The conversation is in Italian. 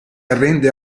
arrende